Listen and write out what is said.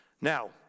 Now